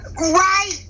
Right